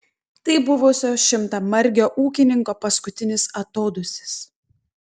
tai buvusio šimtamargio ūkininko paskutinis atodūsis